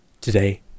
today